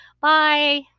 Bye